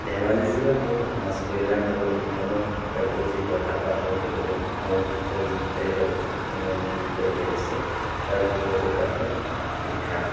ধেমাজি জিলাৰ মূল সমাজকল্যাণ আৰু উন্নয়নৰ কাৰ্যসূচী তথা প্ৰাথমিক পদ্ধতিসমূহৰ বিষয়ে যিকেইটা ইয়াত অ'পশ্যন মানে বিষয় দিয়া হৈছে তাৰ ভিতৰত এটা হ'ল শিক্ষা